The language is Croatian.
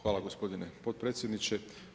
Hvala gospodin potpredsjedniče.